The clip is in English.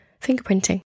fingerprinting